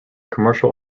commercial